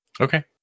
Okay